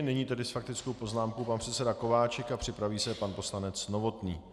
Nyní tedy s faktickou poznámkou pan předseda Kováčik a připraví se pan poslanec Novotný.